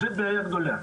בעיה גדולה,